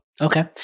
Okay